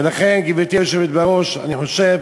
ולכן, גברתי היושבת בראש, אני חושב